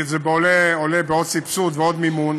כי זה עולה בעוד סבסוד ועוד מימון